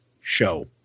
show